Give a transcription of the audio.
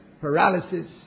paralysis